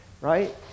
right